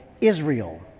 Israel